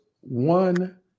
one